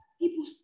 People